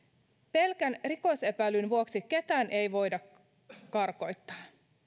pelkän rikosepäilyn vuoksi ketään ei voida karkottaa